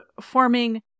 forming